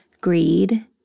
greed